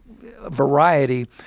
variety